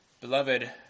Beloved